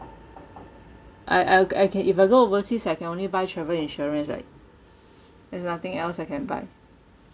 I I'll I can if I go overseas I can only buy travel insurance right there's nothing else I can buy